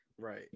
Right